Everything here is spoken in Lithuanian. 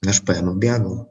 aš paėmiau bėgau